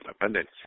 abundance